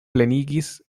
plenigis